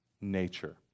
nature